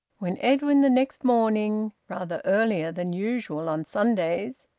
when edwin the next morning, rather earlier than usual on sundays,